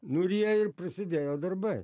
nu ir jie ir prasidėjo darbai